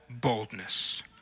boldness